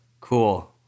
Cool